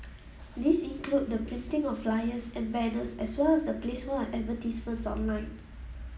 these include the printing of flyers and banners as well as the placement of advertisements online